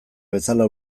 bezala